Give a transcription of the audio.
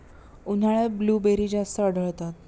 उन्हाळ्यात ब्लूबेरी जास्त आढळतात